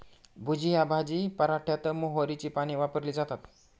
भुजिया भाजी पराठ्यात मोहरीची पाने वापरली जातात